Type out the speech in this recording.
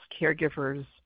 caregivers